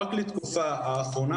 רק לתקופה האחרונה,